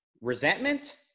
resentment